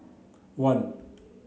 one